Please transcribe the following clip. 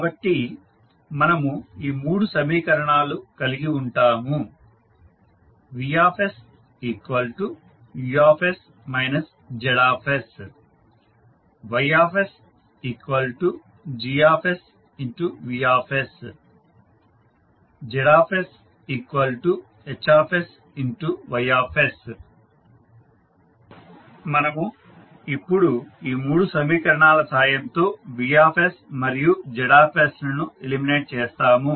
కాబట్టి మనము ఈ మూడు సమీకరణాలు కలిగి ఉంటాము VsUs Zs YsGsVs ZsHsY మనము ఇప్పుడు ఈ మూడు సమీకరణాల సాయంతో V మరియు Z లను ఎలిమినేట్ చేస్తాము